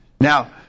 Now